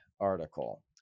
article